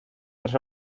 tres